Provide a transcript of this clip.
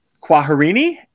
Quaharini